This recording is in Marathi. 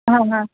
हां हां